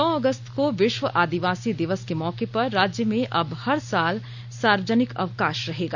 नौ अगस्त को वि व आदिवासी दिवस के मौके पर राज्य में अब हर साल सार्वजनिक अवका ा रहेगा